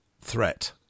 threat